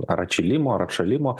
ar atšilimo ar atšalimo